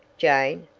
jane?